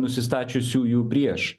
nusistačiusiųjų prieš